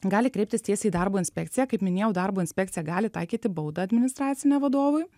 gali kreiptis tiesiai į darbo inspekciją kaip minėjau darbo inspekcija gali taikyti baudą administracinę vadovui